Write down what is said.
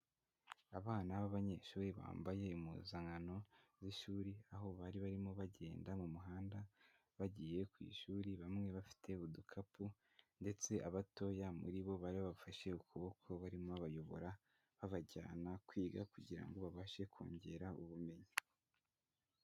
Abana b'abanyeshuri bambaye impuzankano z'ishuri, aho bari barimo bagenda mu muhanda bagiye ku ishuri, bamwe bafite udukapu ndetse abatoya muri bo bari babafashe ukuboko barimo babayobora babajyana kwiga kugira ngo babashe kongera ubumenyi.